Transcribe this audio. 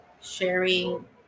sharing